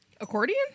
Accordion